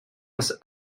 was